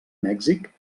mèxic